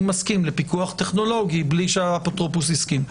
מסכים לפיקוח טכנולוגי בלי שהאפוטרופוס הסכים.